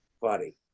funny